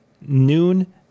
noon